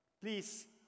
please